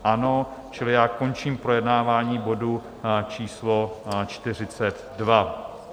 Ano, čili končím projednávání bodu číslo 42.